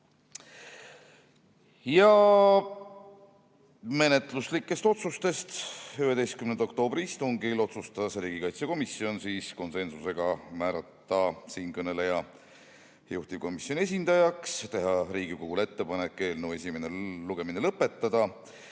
Menetluslikest otsustest: 11. oktoobri istungil otsustas riigikaitsekomisjon konsensusega määrata siinkõneleja juhtivkomisjoni esindajaks ja teha Riigikogule ettepaneku eelnõu esimene lugemine lõpetada.